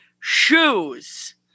shoes